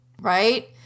right